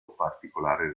particolare